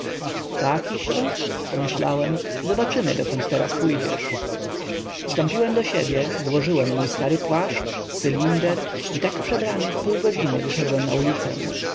takiśto ty pomyślałem zobaczymy dokąd teraz pójdziesz wstąpiłem do siebie włożyłem mój stary płaszcz cylinder i tak przebrany w pół godziny wyszedłem na ulicę